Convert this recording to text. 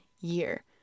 year